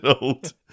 old